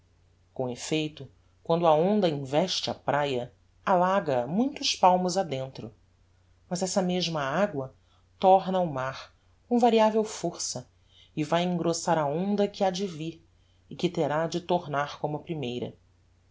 com effeito quando a onda investe a praia alaga a muitos palmos a dentro mas essa mesma agua torna ao mar com variavel força e vae engrossar a onda que ha de vir e que terá de tornar como a primeira